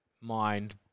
mind